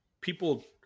people